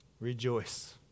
rejoice